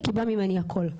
היא קיבלה ממני הכול,